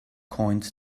coins